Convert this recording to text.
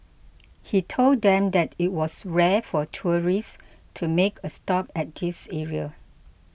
he told them that it was rare for tourists to make a stop at this area